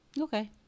Okay